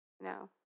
No